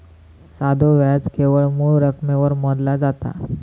साधो व्याज केवळ मूळ रकमेवर मोजला जाता